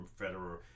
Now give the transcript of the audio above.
Federer